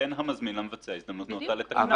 ייתן המזמין למבצע הזדמנות נאותה לתקנה.